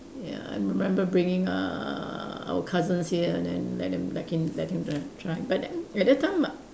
ya I remember bringing uh our cousins here and then let them let him let him join try and then at that time